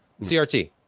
CRT